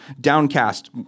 downcast